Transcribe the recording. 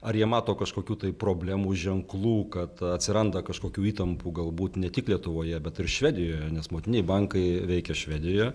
ar jie mato kažkokių tai problemų ženklų kad atsiranda kažkokių įtampų galbūt ne tik lietuvoje bet ir švedijoje nes motininiai bankai veikia švedijoje